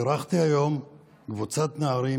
אירחתי היום קבוצת נערים